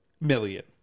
million